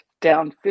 down